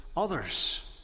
others